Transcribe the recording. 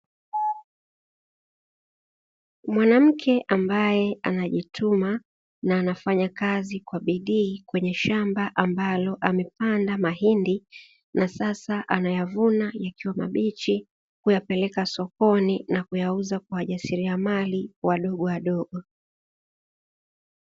Mwanamke ambaye anajituma na anafanya kazi kwa bidii kwenye shamba ambalo amepanda mahindi na sasa, anayavuna yakiwa mabichi kuyapeleka sokoni na kuyauza kwa wajasiriamali wadogowadogo.